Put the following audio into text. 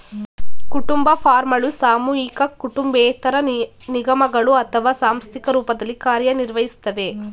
ಕುಟುಂಬ ಫಾರ್ಮ್ಗಳು ಸಾಮೂಹಿಕ ಕುಟುಂಬೇತರ ನಿಗಮಗಳು ಅಥವಾ ಸಾಂಸ್ಥಿಕ ರೂಪದಲ್ಲಿ ಕಾರ್ಯನಿರ್ವಹಿಸ್ತವೆ